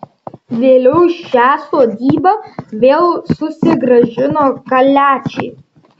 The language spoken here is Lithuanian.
vėliau šią sodybą vėl susigrąžino kaliačiai